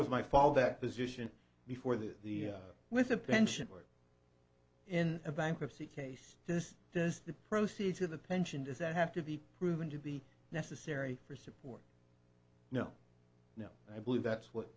was my fall that position before that with a pension or in a bankruptcy case this is the proceed to the pension does that have to be proven to be necessary for support no no i believe that's what